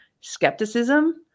skepticism